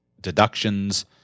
deductions